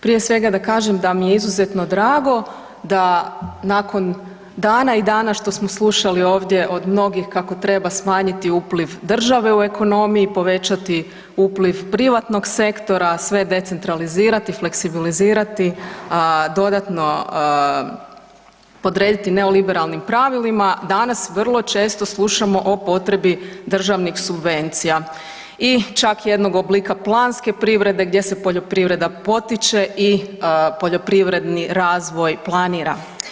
Prije svega da kažem da mi je izuzetno drago da nakon dana i dana što smo slušali ovdje od mnogih kako treba smanjiti upliv države u ekonomiji, povećati upliv privatnog sektora, sve decentralizirati i fleksibilizirati, a dodatno podrediti neoliberalnim pravilima, danas vrlo često slušamo o potrebi državnih subvencija i čak jednog oblika planske privrede gdje se poljoprivreda potiče i poljoprivredni razvoj planira.